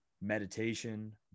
meditation